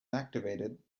activated